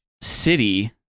city